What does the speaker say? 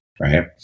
right